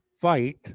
fight